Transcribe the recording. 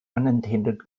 unintended